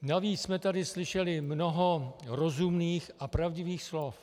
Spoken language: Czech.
Navíc jsme tady slyšeli mnoho rozumných a pravdivých slov.